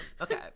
Okay